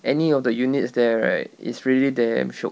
any of the units there right is really damn shiok